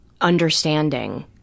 understanding